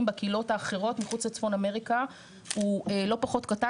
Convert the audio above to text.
בקהילות האחרות מחוץ לצפון אמריקה הוא לא פחות קטן,